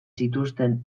zituzten